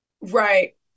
Right